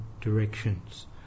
directions